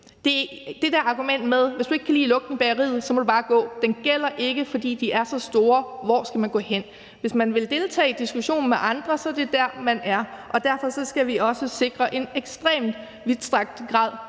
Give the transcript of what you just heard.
Det der argument med, at hvis du ikke kan lide lugten i bageriet, må du bare gå, gælder ikke, fordi de er så store. Hvor skal man gå hen? Hvis man vil deltage i diskussionen med andre, er det der, man er. Og derfor skal vi også sikre en ekstremt vidtstrakt grad